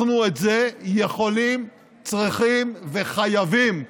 אנחנו את זה יכולים, צריכים וחייבים לעצור.